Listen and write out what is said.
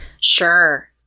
Sure